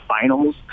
finals